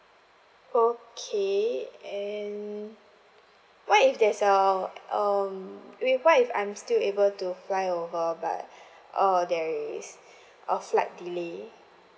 okay and what if there's uh um wait what if I'm still able to fly over but err there is a flight delay